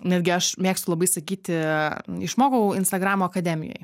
netgi aš mėgstu labai sakyti išmokau instagramo akademijoj